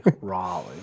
raleigh